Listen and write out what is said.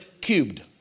cubed